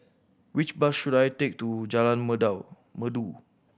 which bus should I take to Jalan Merdu